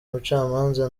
umucamanza